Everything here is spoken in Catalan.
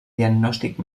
diagnòstic